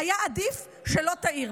היה עדיף שלא תעיר.